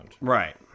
Right